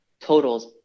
totals